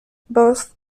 both